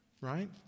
Right